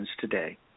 today